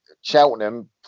Cheltenham